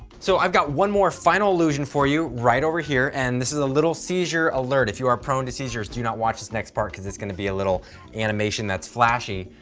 so i've got one more final illusion for you right over here. and this is a little seizure alert. if you are prone to seizures, do not watch this next part, cause it's gonna be a little animation that's flashy.